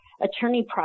attorney